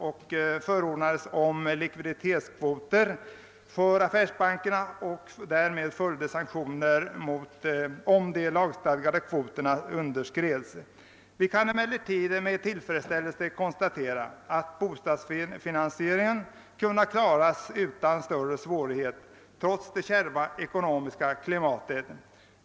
Vidare förordnades det om likviditetskvoter för affärsbankerna och om sanktioner för den händelse de lagstadgade kvoterna underskreds. Vi kan emellertid med tillfredsställeise konstatera att bostadsfinansieringen kunnat klaras utan större svårigheter trots det kärva ekonomiska klimatet.